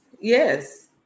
Yes